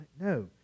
No